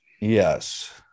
Yes